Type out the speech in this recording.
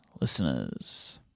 listeners